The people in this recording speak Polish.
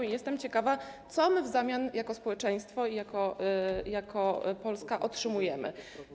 I jestem ciekawa, co my w zamian jako społeczeństwo i jako Polska otrzymujemy.